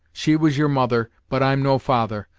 she was your mother, but i'm no father.